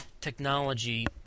technology